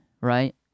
right